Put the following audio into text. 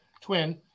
twin